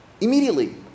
immediately